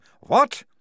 What